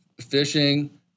fishing